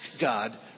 God